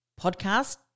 Podcast